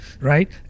right